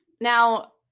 Now